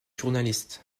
journaliste